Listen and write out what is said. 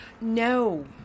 No